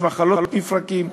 יש מחלות מפרקים,